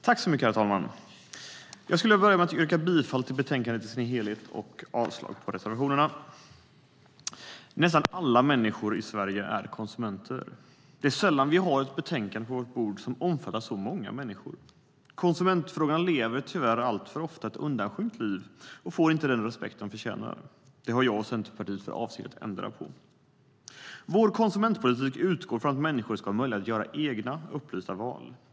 Herr talman! Jag skulle vilja börja med att yrka bifall till förslaget i dess helhet i betänkandet och avslag på reservationerna. Nästan alla människor i Sverige är konsumenter. Det är sällan vi har ett betänkande på vårt bord som omfattar så många människor. Konsumentfrågan lever tyvärr alltför ofta ett undanskymt liv och får inte den respekt den förtjänar. Det har jag och Centerpartiet för avsikt att ändra på. Vår konsumentpolitik utgår från att människor ska ha möjlighet att göra egna upplysta val.